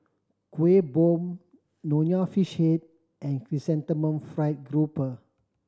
Kuih Bom Nonya Fish Head and Chrysanthemum Fried Grouper